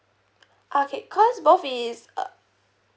okay cause both is uh